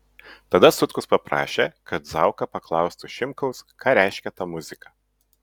tada sutkus paprašė kad zauka paklaustų šimkaus ką reiškia ta muzika